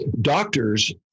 Doctors